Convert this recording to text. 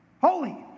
holy